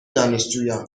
دانشجویان